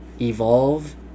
Evolve